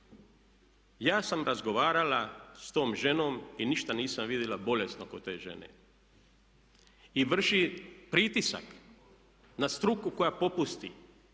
ja sam razgovarala sa tom ženom i ništa nisam vidjela bolesnog kod te žene. I vrši pritisak na struku koja popusti